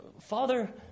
Father